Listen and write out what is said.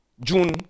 june